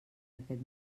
aquest